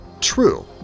true